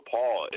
Paul